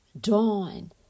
dawn